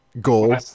goal